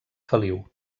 feliu